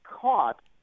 caught